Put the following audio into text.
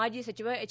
ಮಾಜಿ ಸಚಿವ ಎಚ್